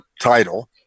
title